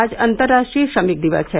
आज अन्तर्राष्ट्रीय श्रमिक दिवस है